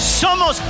somos